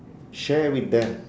share with them